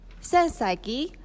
Sensei